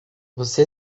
você